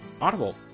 Audible